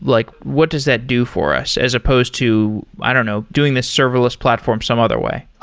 like what does that do for us as supposed to i don't know, doing this serverless platform some other way? ah!